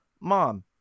mom